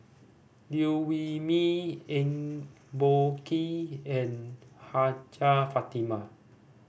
Liew Wee Mee Eng Boh Kee and Hajjah Fatimah